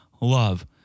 love